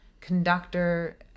conductor